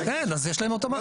כן, אז יש להם אוטומטית.